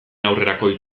aurrerakoi